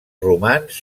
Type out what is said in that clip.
romans